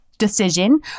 decision